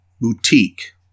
Boutique